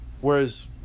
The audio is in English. Whereas